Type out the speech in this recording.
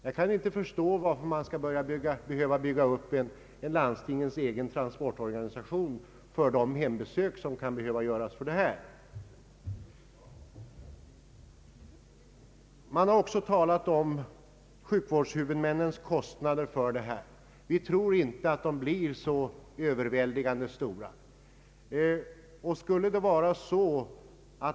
Jag kan inte förstå varför man skall behöva bygga upp en landstingens egen transportorganisation för de hembesök som kan behöva göras. Det har också talats om sjukvårdshuvudmännens kostnader för reformen. Vi tror inte att de blir så överväldigande stora.